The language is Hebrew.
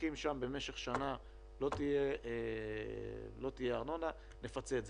מהעסקים שם במשך שנה לא תהיה ארנונה, נפצה על זה.